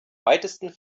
weitesten